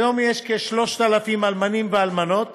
כיום יש כ-3,000 אלמנים ואלמנות